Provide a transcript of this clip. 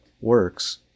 works